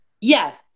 Yes